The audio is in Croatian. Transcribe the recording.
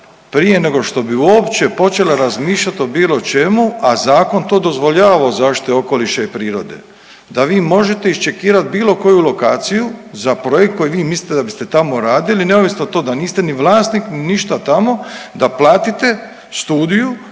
prije nego što bi uopće počela razmišljat o bilo čemu, a Zakon to dozvoljava o zaštiti okoliša i prirode da vi možete iščekirat bilo koju lokaciju za projekt koji vi mislite da biste tamo radili neovisno to da niste ni vlasnik ni ništa tamo da platite studiju,